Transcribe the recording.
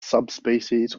subspecies